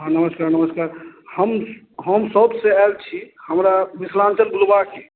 हँ नमस्कार नमस्कार हम हम सब साउथसे आएल छी हमरा मिथिलाञ्चल घुरबाके अइ